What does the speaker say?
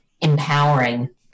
empowering